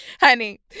honey